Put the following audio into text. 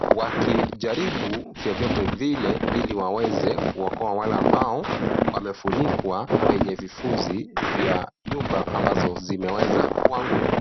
wakijaribu vyovyote vile ili waweze kuokoa wale ambao, wamefunikwa kwenye vifuzi vya nyumba ambazo zimeweza kuanguka.